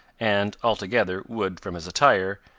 and, altogether, would, from his attire,